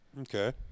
Okay